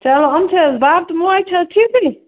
چلو یِم چھِ حظ بَب تہٕ موج چھِ حظ ٹھیٖکھٕے